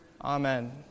amen